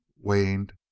waned